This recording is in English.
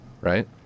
right